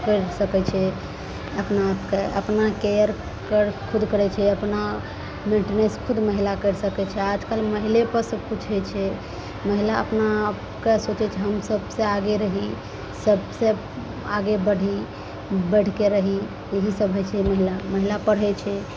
पढ़ि सकय छै अपना आपके अपना केयर कर खुद करय छै अपना बिजनेस खुद महिला करि सकय छै आजकल महिलेपर सबकिछु होइ छै महिला अपना आपके सोचय छै हम सबसँ आगे रही सबसँ आगे बढी बढि कए रही एही सब होइ छै महिला महिला पढ़य छै